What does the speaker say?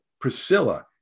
Priscilla